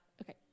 Okay